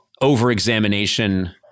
over-examination